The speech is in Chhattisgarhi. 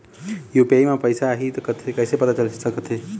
यू.पी.आई म पैसा आही त कइसे पता चल सकत हे?